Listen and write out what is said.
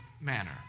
manner